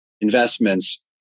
investments